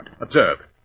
Observe